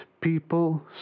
people